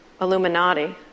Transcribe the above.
Illuminati